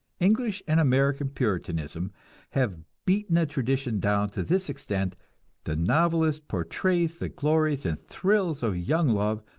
english and american puritanism have beaten the tradition down to this extent the novelist portrays the glories and thrills of young love,